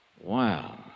Wow